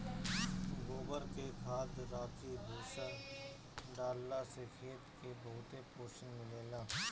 गोबर के खाद, राखी, भूसी डालला से खेत के बहुते पोषण मिलेला